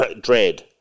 dread